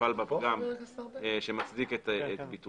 נפל בה פגם שמצדיק את ביטולה,